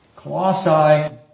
Colossae